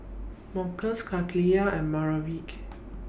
Marcos Kaliyah and Maverick